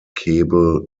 keble